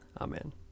Amen